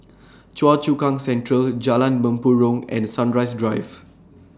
Choa Chu Kang Central Jalan Mempurong and Sunrise Drive